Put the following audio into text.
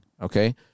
okay